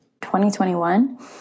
2021